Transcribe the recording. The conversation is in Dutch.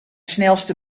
snelste